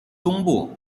东部